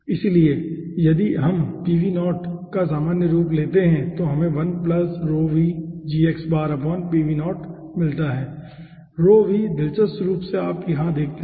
इसलिए यदि हम का सामान्य रूप लेते हैं तो यहाँ हमें मिलता है दिलचस्प रूप से आप यहाँ पर देखते हैं